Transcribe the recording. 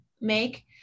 make